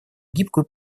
гибкую